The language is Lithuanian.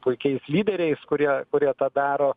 puikiais lyderiais kurie kurie tą daro